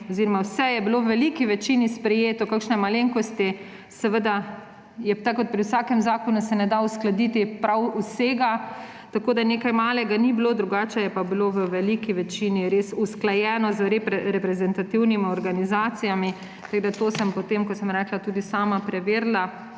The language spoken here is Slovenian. oziroma vse je bilo v veliki večini sprejeto. Kakšne malenkosti ne, seveda, tako kot se pri vsakem zakonu ne da uskladiti prav vsega. Tako da nekaj malega ni bilo, drugače je pa bilo v veliki večini res usklajeno z reprezentativnimi organizacijami. To sem potem, kot sem rekla, tudi sama preverila.